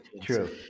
true